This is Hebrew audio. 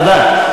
תודה.